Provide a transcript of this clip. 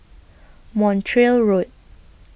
Montreal Road